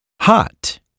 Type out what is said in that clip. Hot